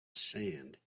sand